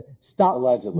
stop